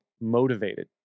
motivated